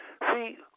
See